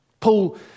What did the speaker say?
Paul